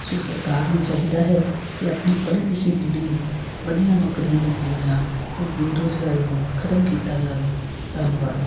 ਸੋ ਸਰਕਾਰ ਨੂੰ ਚਾਹੀਦਾ ਹੈ ਕਿ ਆਪਣੀ ਪੜ੍ਹੀ ਲਿਖੀ ਪੀੜ੍ਹੀ ਨੂੰ ਵਧੀਆ ਨੌਕਰੀਆਂ ਦਿੱਤੀਆਂ ਜਾਣ ਅਤੇ ਬੇਰੁਜ਼ਗਾਰੀ ਨੂੰ ਖਤਮ ਕੀਤਾ ਜਾਵੇ ਧੰਨਵਾਦ